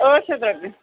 ٲٹھ شَتھ رۄپیہِ